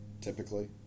typically